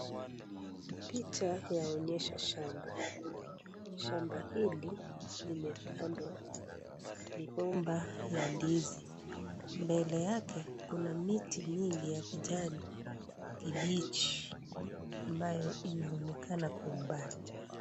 Picha yaonyesha shamba. Shamba hili, limepandwa mgomba ya ndizi. Mbele yake, kuna miti mingi ya kijani kibichi ambaye inaonekana kwa umbali.